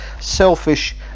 selfish